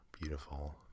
Beautiful